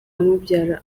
umubyara